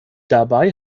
dabei